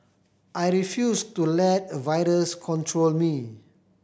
I refused to let a virus control me